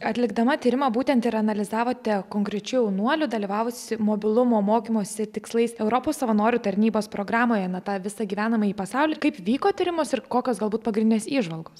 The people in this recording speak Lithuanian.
atlikdama tyrimą būtent ir analizavote konkrečių jaunuolių dalyvavusi mobilumo mokymosi tikslais europos savanorių tarnybos programoje na tą visą gyvenamąjį pasaulį kaip vyko tyrimas ir kokios galbūt pagrindinės įžvalgos